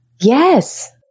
Yes